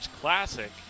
Classic